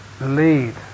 lead